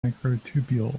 microtubules